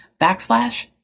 backslash